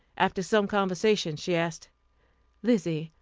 after some conversation, she asked lizzie,